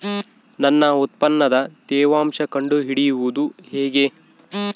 ನನ್ನ ಉತ್ಪನ್ನದ ತೇವಾಂಶ ಕಂಡು ಹಿಡಿಯುವುದು ಹೇಗೆ?